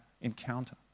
encounter